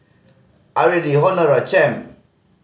Areli Honora Champ